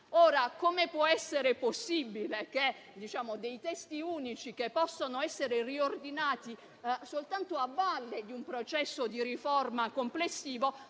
Come può essere possibile che dei testi unici, che possono essere riordinati soltanto a valle di un processo di riforma complessivo,